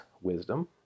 wisdom